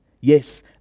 yes